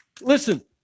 listen